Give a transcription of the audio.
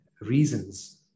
reasons